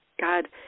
God